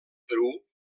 perú